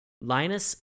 Linus